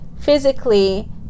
physically